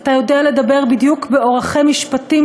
אתה יודע לדבר בדיוק באורכי משפטים